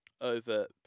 over